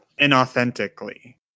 inauthentically